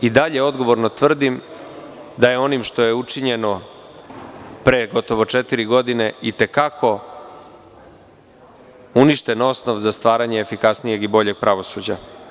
I dalje odgovorno tvrdim da je onim što je učinjeno pre gotovo četiri godine i te kako uništen osnov za stvaranje efikasnijeg i boljeg pravosuđa.